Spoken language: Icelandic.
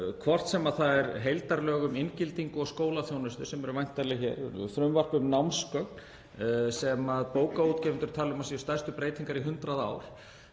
hvort sem það eru heildarlög um jafngildingu og skólaþjónustu sem eru væntanleg, frumvörp um námsgögn sem bókaútgefendur tala um að séu stærstu breytingar í hundrað ár